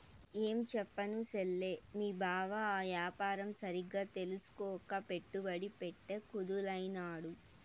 ఏంచెప్పను సెల్లే, మీ బావ ఆ యాపారం సరిగ్గా తెల్సుకోక పెట్టుబడి పెట్ట కుదేలైనాడు